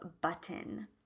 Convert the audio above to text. button